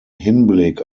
hinblick